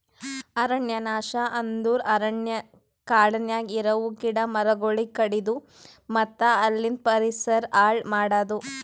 ಅರಣ್ಯ ನಾಶ ಅಂದುರ್ ಕಾಡನ್ಯಾಗ ಇರವು ಗಿಡ ಮರಗೊಳಿಗ್ ಕಡಿದು ಮತ್ತ ಅಲಿಂದ್ ಪರಿಸರ ಹಾಳ್ ಮಾಡದು